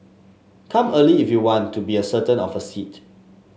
come early if you want to be a certain of a seat